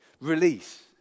Release